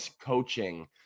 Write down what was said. coaching